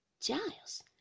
Giles